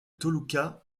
toluca